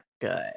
good